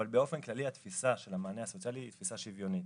אבל באופן כללי התפיסה של המענה הסוציאלי היא תפיסה שוויונית.